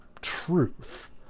truth